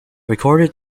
recorded